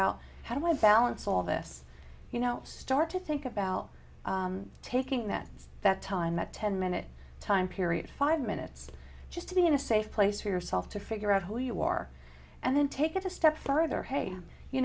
this you know start to think about taking that it's that time that ten minute time period five minutes just to be in a safe place for yourself to figure out who you are and then take it a step further hey you